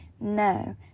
No